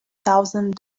thousand